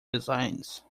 designs